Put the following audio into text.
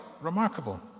remarkable